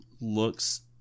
looks